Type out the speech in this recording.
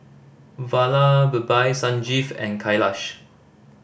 Vallabhbhai Sanjeev and Kailash